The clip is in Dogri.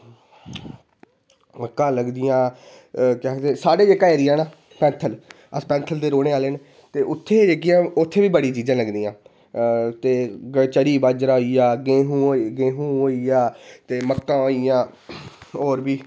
मक्कां लगदियां साढ़ा जेह्का एरिया ना पैंथल अस पैंथल दे रौह्ने आह्ले न ते उत्थें जेह्कियां उत्थें बी जेह्कियां बड़ियां चीज़ां लगदियां न ते च'री बाजरा होइया गेहुं होइया ते मक्कां होइयां होर बी